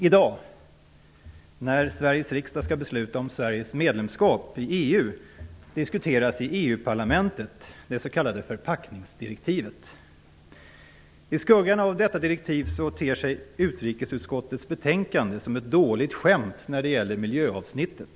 I dag, när Sveriges riksdag skall besluta om Sveriges medlemskap i EU, diskuteras i skuggan av detta direktiv ter sig utrikesutskottets betänkande som ett dåligt skämt när det gäller miljöavsnittet.